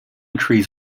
trees